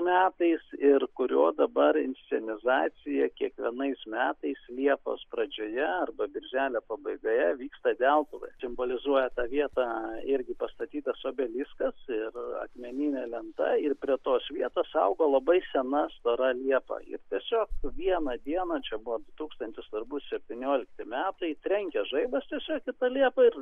metais ir kurio dabar inscenizacija kiekvienais metais liepos pradžioje arba birželio pabaigoje vyksta deltuvoj simbolizuoja tą vietą irgi pastatytas obeliskas ir akmeninė lenta ir prie tos vietos augo labai sena stora liepa ir tiesiog vieną dieną čia buvo du tūkstantis svarbu septyniolikti metai trenkė žaibas tiesiog į tą liepą ir buvo